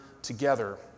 Together